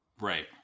Right